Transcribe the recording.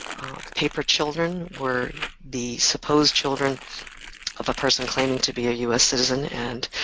paper children were the supposed children of a person claiming to be a us citizen and